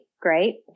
great